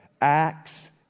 Acts